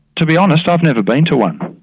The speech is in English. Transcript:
to be honest i've never been to one.